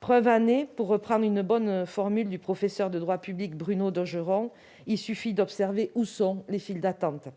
pas valorisée dans notre société. Pour le professeur de droit public Bruno Daugeron, il suffit d'observer où sont les files d'attente.